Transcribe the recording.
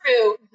true